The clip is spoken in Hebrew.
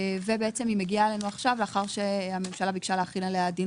היא מגיעה אלינו עכשיו לאחר שהממשלה ביקשה להחיל עליה דין